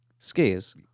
Skiers